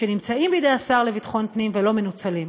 שנמצאים בידי השר לביטחון הפנים ולא מנוצלים.